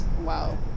Wow